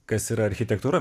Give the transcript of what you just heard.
kas yra architektūra